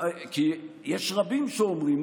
כי יש רבים שאומרים,